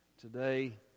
Today